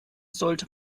sollte